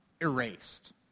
erased